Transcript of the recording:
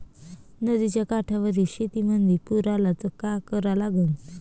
नदीच्या काठावरील शेतीमंदी पूर आला त का करा लागन?